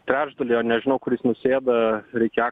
trečdalį o nežinau kur jis nusėda reikia